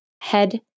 head